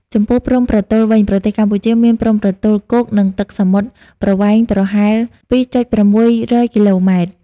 ចំពោះព្រំប្រទល់វិញ ប្រទេសកម្ពុជាមានព្រំប្រទល់គោក និងទឹកសរុបប្រវែងប្រហែល ២.៦០០ គីឡូម៉ែត្រ។